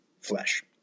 flesh